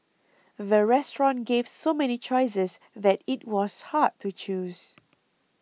the restaurant gave so many choices that it was hard to choose